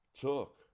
took